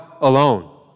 alone